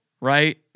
right